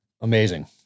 Amazing